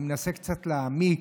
אני מנסה קצת להעמיק.